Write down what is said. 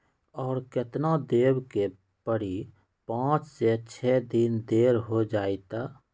और केतना देब के परी पाँच से छे दिन देर हो जाई त?